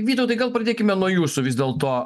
vytautui gal pradėkime nuo jūsų vis dėlto